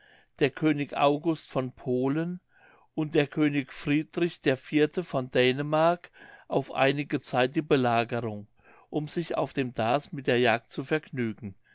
der könig august von polen und der könig friedrich iv von dänemark auf einige zeit die belagerung um sich auf dem darß mit der jagd zu vergnügen